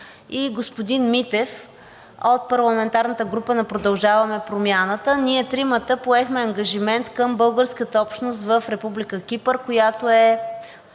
и господин Митев от парламентарната група на „Продължаваме Промяната“. Ние тримата поехме ангажимент към българската общност в Република Кипър, която е